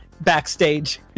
backstage